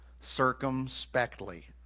circumspectly